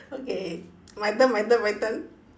okay my turn my turn my turn